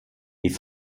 sie